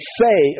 say